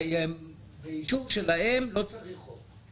באישור שלהם לא צריך חוק.